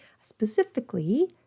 specifically